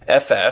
FF